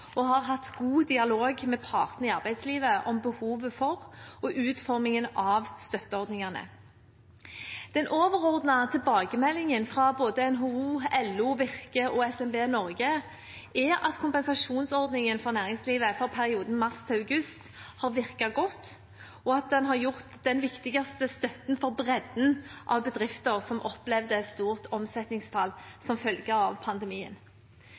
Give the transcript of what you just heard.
og har hatt god dialog med partene i arbeidslivet om behovet for og utformingen av støtteordningene. Den overordnede tilbakemeldingen fra både NHO, LO, Virke og SMB Norge er at kompensasjonsordningen for næringslivet for perioden mars–august har virket godt, og at den har utgjort den viktigste støtten for bredden av bedrifter som opplevde et stort omsetningsfall som følge av pandemien.